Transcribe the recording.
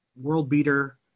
world-beater